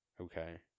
Okay